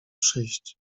przyjść